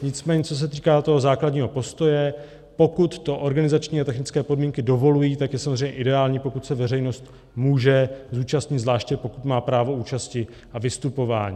Nicméně co se týká toho základního postoje, pokud to organizačnětechnické podmínky dovolují, tak je samozřejmě ideální, pokud se veřejnost může zúčastnit, zvláště pokud má právo účasti a vystupování.